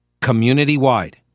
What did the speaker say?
community-wide